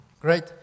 Great